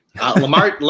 Lamar